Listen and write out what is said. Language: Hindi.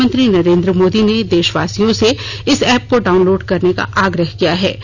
प्रधानमंत्री नरेन्द्र मोदी ने देषवासियों से इस एप्प को डाउनलोड करने का आग्रह किया है